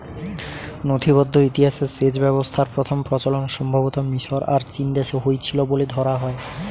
নথিবদ্ধ ইতিহাসে সেচ ব্যবস্থার প্রথম প্রচলন সম্ভবতঃ মিশর আর চীনদেশে হইছিল বলে ধরা হয়